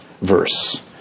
verse